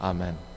Amen